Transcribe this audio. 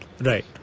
Right